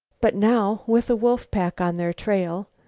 but now with a wolf-pack on their trail,